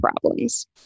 problems